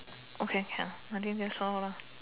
okay can I think that's all lah